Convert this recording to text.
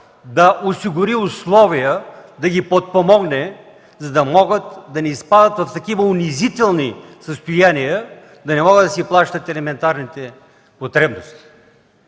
да осигури условия, да ги подпомогне, за да не изпадат в унизителни състояния – да не могат да си плащат елементарните потребности.